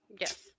Yes